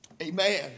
Amen